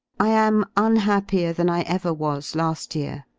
i am unhappier than i ever was lasl year,